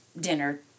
dinner